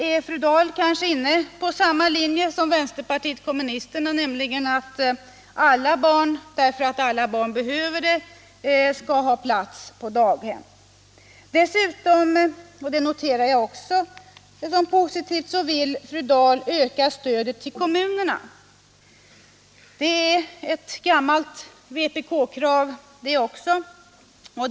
Är fru Dahl kanske inne på samma linje som vänsterpartiet kommunisterna, nämligen att alla barn skall ha plats på daghem, därför att alla barn behöver det? Dessutom vill fru Dahl — och det noterar jag också som positivt — öka stödet till kommunerna. Det är ett gammalt vpk-krav också det.